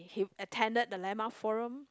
he attended the landmark forum